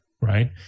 right